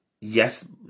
yes